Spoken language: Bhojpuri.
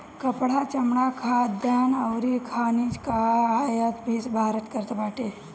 कपड़ा, चमड़ा, खाद्यान अउरी खनिज कअ आयात भी भारत करत बाटे